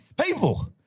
people